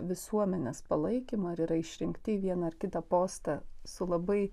visuomenės palaikymą ir yra išrinkti į vieną ar kitą postą su labai